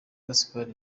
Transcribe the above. gaspard